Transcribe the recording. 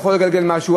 הוא יכול לגלגל משהו.